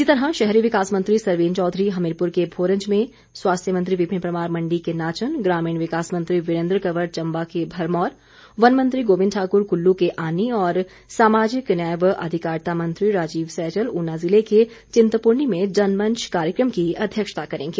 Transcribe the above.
इसी तरह शहरी विकास मंत्री सरवीण चौधरी हमीरपुर के भोरंज में स्वास्थ्य मंत्री विपिन परमार मण्डी के नाचन ग्रामीण विकास मंत्री वीरेन्द्र कंवर चंबा के भरमौर वन मंत्री गोविंद ठाकुर कुल्लू के आनी और सामाजिक न्याय व अधिकारिता मंत्री राजीव सैजल उना जिले के चिंतपूर्णी में जनमंच कार्यक्रम की अध्यक्षता करेंगे